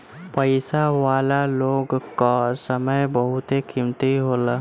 पईसा वाला लोग कअ समय बहुते कीमती होला